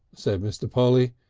said mr. polly,